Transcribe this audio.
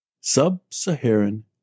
Sub-Saharan